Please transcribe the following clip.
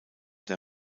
der